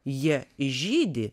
jie žydi